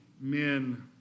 men